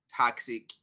toxic